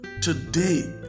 today